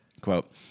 quote